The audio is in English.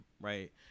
right